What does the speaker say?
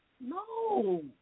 No